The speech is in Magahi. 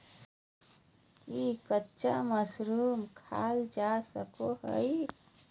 की कच्चा मशरूम खाल जा सको हय?